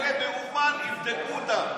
אלה מאומן, תבדקו אותם.